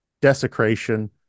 desecration